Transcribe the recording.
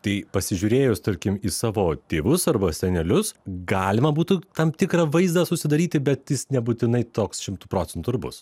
tai pasižiūrėjus tarkim į savo tėvus arba senelius galima būtų tam tikrą vaizdą susidaryti bet jis nebūtinai toks šimtu procentų ir bus